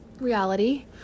reality